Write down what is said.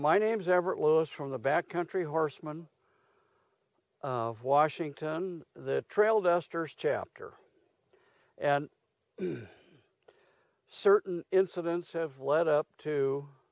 my name's everett lewis from the back country horsemen of washington the trail dusters chapter and certain incidents have led up to